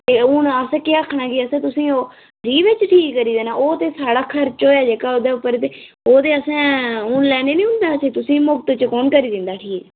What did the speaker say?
ते हून असें केह् आखना कि असें तुस ओह् फ्री बिच्च ठीक करी देना ओह् ते स्हाड़ा खर्च होएआ जेह्का ओह्दे उप्पर ओह् ते असें हून लैने नी हून पैसे तुसेंगी मुफ्त च कौन करी दिन्दा ठीक